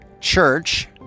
church